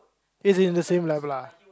it's in the same level lah